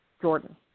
Jordan